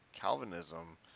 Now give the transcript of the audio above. Calvinism